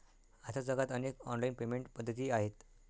आता जगात अनेक ऑनलाइन पेमेंट पद्धती आहेत